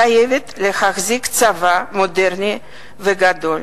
שחייבת להחזיק צבא מודרני וגדול,